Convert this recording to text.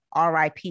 RIP